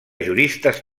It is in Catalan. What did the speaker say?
juristes